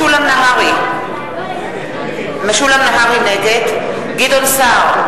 נגד משולם נהרי, נגד גדעון סער,